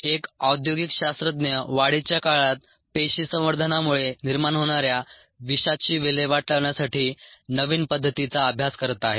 एक औद्योगिक शास्त्रज्ञ वाढीच्या काळात पेशी संवर्धनामुळे निर्माण होणाऱ्या विषाची विल्हेवाट लावण्यासाठी नवीन पद्धतीचा अभ्यास करत आहे